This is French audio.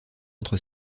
entre